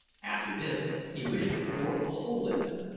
after this he wished to bore a hole in them,